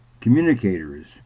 communicators